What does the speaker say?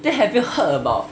then have you heard about